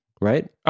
right